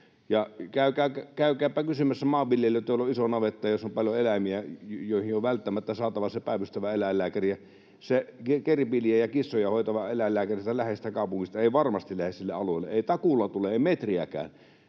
Käykääpä kysymässä maanviljelijöiltä, joilla on iso navetta, jossa on paljon eläimiä, joihin on välttämättä saatava se päivystävä eläinlääkäri. Se gerbiilejä ja kissoja hoitava eläinlääkäri siitä läheisestä kaupungista ei varmasti lähde sille alueelle, ei takuulla tule, ei metriäkään.